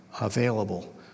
available